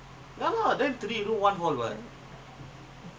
பெருசாஇருக்கும்:perushaa irukkum ah hall